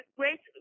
great